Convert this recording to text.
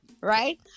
right